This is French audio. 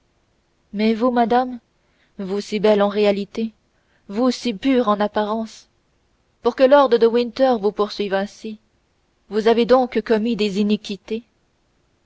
mais vous madame vous si belle en réalité vous si pure en apparence pour que lord de